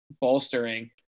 bolstering